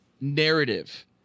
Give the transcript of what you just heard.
narrative